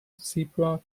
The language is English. zebra